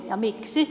ja miksi